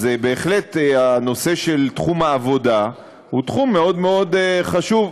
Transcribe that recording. אז בהחלט תחום העבודה הוא תחום מאוד מאוד חשוב.